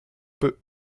peu